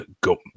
go